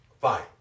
Fine